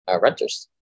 renters